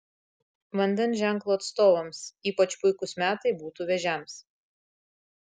vandens ženklo atstovams ypač puikūs metai būtų vėžiams